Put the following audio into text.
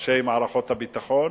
ראשי מערכות הביטחון,